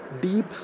deep